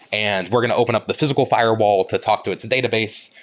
and we're going to open up the physical firewall to talk to its database,